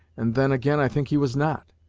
and then again i think he was not.